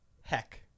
heck